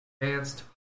advanced